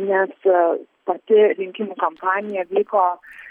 nes pati rinkimų kampanija vyko